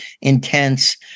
intense